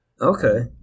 Okay